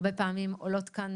הרבה פעמים עולות כאן,